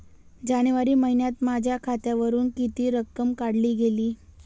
जानेवारी महिन्यात माझ्या खात्यावरुन किती रक्कम काढली गेली?